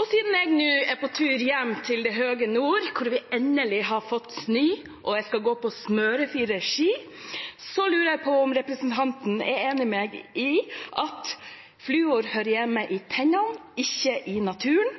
Og siden jeg nå er på tur hjem til det høye nord, hvor vi endelig har fått snø og jeg skal gå på smørefrie ski, lurer jeg på om representanten er enig med meg i at fluor hører hjemme i tennene, ikke i naturen.